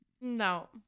No